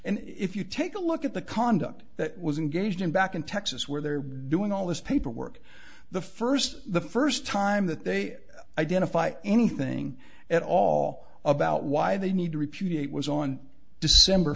and if you take a look at the conduct that was engaged in back in texas where they're doing all this paperwork the first the first time that they identify anything at all about why they need to repudiate was on december